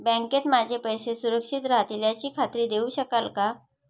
बँकेत माझे पैसे सुरक्षित राहतील याची खात्री देऊ शकाल का?